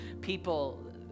people